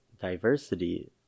diversity